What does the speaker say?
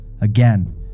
Again